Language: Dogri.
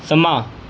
समां